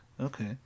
Okay